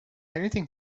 anything